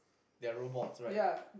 they are robots right